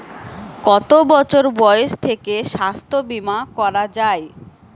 কত বছর বয়স থেকে স্বাস্থ্যবীমা করা য়ায়?